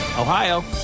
Ohio